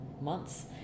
months